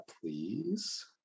please